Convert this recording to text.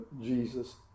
Jesus